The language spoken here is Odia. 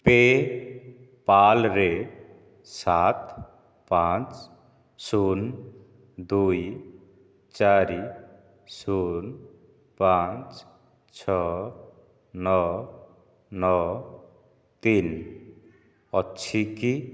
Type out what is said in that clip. ପେ'ପାଲ୍ରେ ସାତ ପାଞ୍ଚ ଶୂନ ଦୁଇ ଚାରି ଶୂନ ପାଞ୍ଚ ଛଅ ନଅ ନଅ ତିନି ଅଛି କି